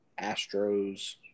Astros